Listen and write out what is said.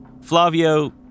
Flavio